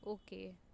okay